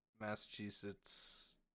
Massachusetts